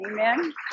Amen